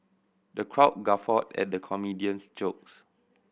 the crowd guffawed at the comedian's jokes